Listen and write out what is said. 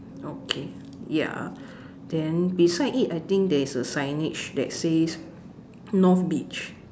okay ya then beside it I think there's a signage that says north beach